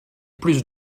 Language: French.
plus